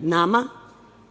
nama